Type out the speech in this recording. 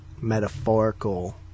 metaphorical